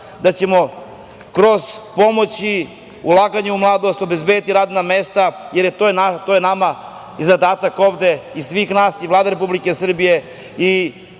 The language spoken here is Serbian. da ćemo kroz pomoći i ulaganje u mladost, obezbediti radna mesta, jer to je nama i zadatak ovde i svih nas i Vlade Republike Srbije i